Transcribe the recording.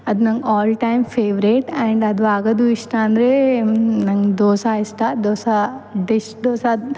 ಅದು ನಂಗೆ all time favourite and ಅದು ಆಗೋದು ಇಷ್ಟ ಅಂದರೆ ನಂಗೆ ದೋಸೆ ಇಷ್ಟ ದೋಸೆ ಡಿಶ್ ದೋಸಾದು